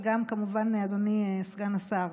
וגם כמובן אדוני סגן השר,